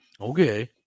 Okay